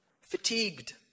fatigued